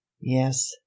yes